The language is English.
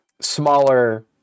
smaller